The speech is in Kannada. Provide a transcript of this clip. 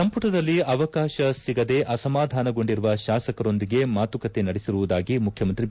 ಸಂಪುಟದಲ್ಲಿ ಅವಕಾಶ ಸಿಗದೆ ಅಸಮಾಧಾನಗೊಂಡಿರುವ ಶಾಸಕರೊಂದಿಗೆ ಮಾತುಕತೆ ನಡೆಸಿರುವುದಾಗಿ ಮುಖ್ಯಮಂತ್ರಿ ಬಿ